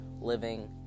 living